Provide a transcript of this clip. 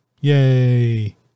Yay